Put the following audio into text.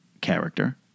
character